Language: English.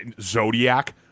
Zodiac